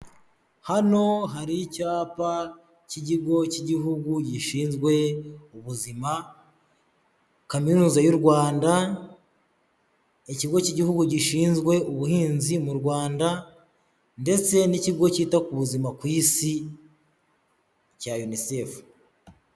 Hano hari icyapa cy'ikigo cy'Igihugu gishinzwe ubuzima, Kaminuza y'u Rwanda, ikigo cy'igihugu gishinzwe ubuhinzi mu Rwanda ndetse n'ikigo cyita ku buzima ku isi cya Unicef.